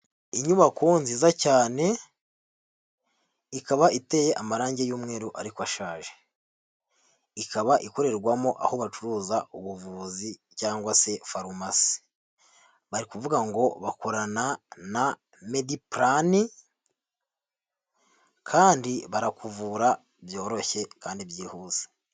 Inyubako nziza cyane, ikaba iteye amarange y'umweru ariko ashaje, ikaba ikorerwamo aho bacuruza ubuvuzi cyangwa se farumasi, bari kuvuga ngo bakorana na Medi plan kandi barakuvura byoroshye kandi byihuse.